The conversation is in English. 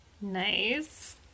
Nice